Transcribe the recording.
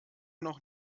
noch